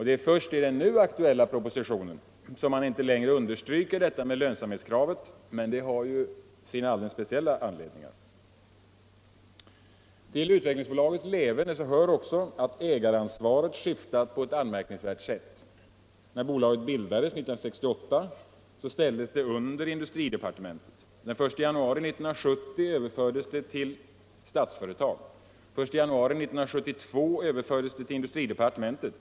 Det är först i den nu aktuella propositionen som man inte längre understryker detta med lönsamhetskravet, men det har ju sina alldeles speciella anledningar. Till Utvecklingsbolagets leverne hör också att ägaransvaret skiftat på ett anmärkningsvärt sätt. När bolaget bildades 1968 ställdes det under industridepartementet. Den 1 januari 1970 överfördes det till Statsföretag. Den 1 januari 1972 överfördes det till industridepartementet.